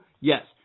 yes